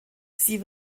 sie